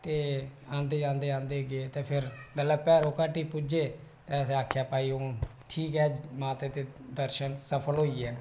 ते आंदे आंदे गे ते फिर मतलब भैरो धाटी पुज्जे असें आखेआ भाई हून ठीक ऐ माता दे दर्शन सफल होई गे ना